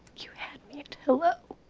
you had me at hello.